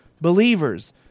believers